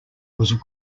was